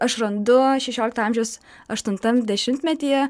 aš randu šešiolikto amžiaus aštuntam dešimtmetyje